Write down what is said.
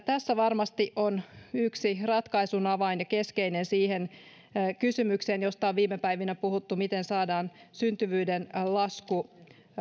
tässä varmasti on yksi keskeinen ratkaisun avain siihen kysymykseen josta on viime päivinä puhuttu eli siihen miten saadaan syntyvyyden lasku